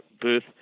booth